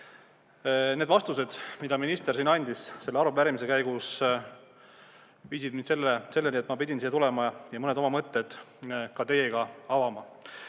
need vastused, mis minister siin andis selle arupärimise käigus, viisid selleni, et ma pidin siia tulema ja mõned oma mõtted ka teile